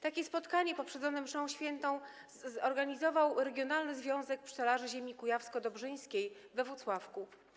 Takie spotkanie, poprzedzone mszą świętą, zorganizował Regionalny Związek Pszczelarzy Ziemi Kujawsko-Dobrzyńskiej we Włocławku.